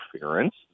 interference